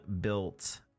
built